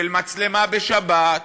של מצלמה בשבת,